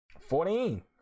Fourteen